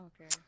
Okay